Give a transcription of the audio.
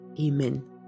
Amen